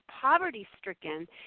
poverty-stricken